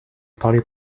parlé